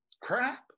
crap